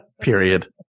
Period